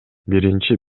биринчи